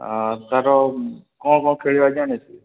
ତା'ର କ'ଣ କ'ଣ ଖେଳିବା